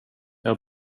jag